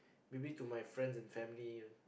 maybe to my friends and family